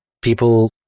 people